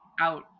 out